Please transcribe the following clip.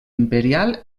imperial